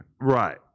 Right